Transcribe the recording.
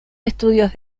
estudios